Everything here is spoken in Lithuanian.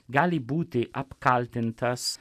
gali būti apkaltintas